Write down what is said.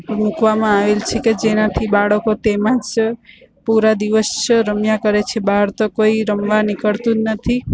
મુકવામાં આવે છે કે જેનાથી બાળકો તેમાં જ પૂરા દિવસ રમ્યા કરે છે બહાર તો રમવા કોઈ નીકળતું જ નથી